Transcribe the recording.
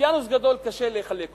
אוקיינוס גדול, קשה לחלק אותו.